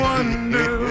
Wonder